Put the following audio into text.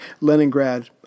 Leningrad